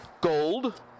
gold